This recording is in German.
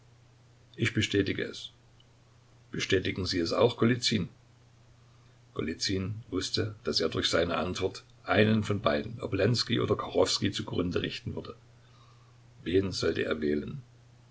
ich bestätige es bestätigen sie es auch golizyn golizyn wußte daß er durch seine antwort einen von beiden obolenskij oder kachowskij zugrunde richten würde wen sollte er wählen